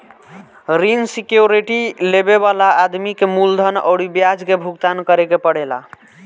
ऋण सिक्योरिटी लेबे वाला आदमी के मूलधन अउरी ब्याज के भुगतान करे के पड़ेला